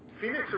Phoenix